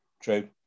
True